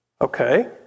Okay